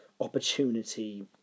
opportunity